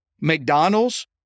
McDonald's